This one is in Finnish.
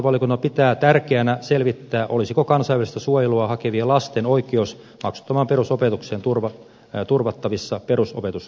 hallintovaliokunta pitää tärkeänä selvittää olisiko kansainvälistä suojelua hakevien lasten oikeus maksuttomaan perusopetukseen turvattavissa perusopetuslaissa